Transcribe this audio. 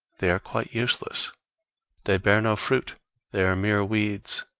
they are quite useless they bear no fruit they are mere weeds,